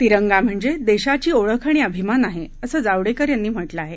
तीरंगा म्हणजे देशाची ओळख आणि अभिमान आहे असं जावडेकर यांनी म्हटलं आहे